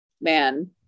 man